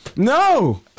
No